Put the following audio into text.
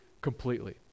completely